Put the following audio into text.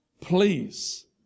Please